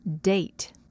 Date